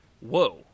whoa